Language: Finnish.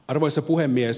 arvoisa puhemies